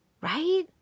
right